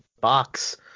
box